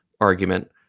argument